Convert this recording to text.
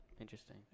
Interesting